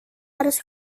harus